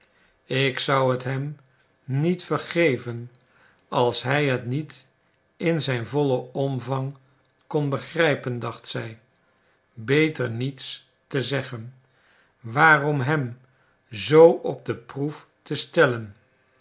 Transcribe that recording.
ik zou t hem niet vergeven als hij het niet in zijn vollen omvang kon begrijpen dacht zij beter niets te zeggen waarom hem zoo op de proef te stellen